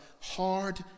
hard